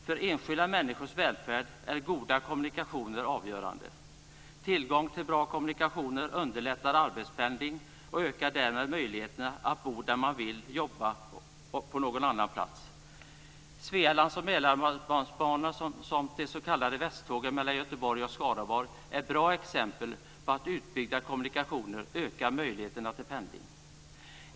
För enskilda människors välfärd är goda kommunikationer avgörande. Tillgång till bra kommunikationer underlättar arbetspendling och ökar därmed möjligheterna att bo där man vill och att jobba på någon annan plats. Svealands och Mälarbanorna samt de s.k. västtågen mellan Göteborg och Skaraborg är bra exempel på att utbyggda kommunikationer ökar möjligheterna till pendling.